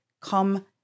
come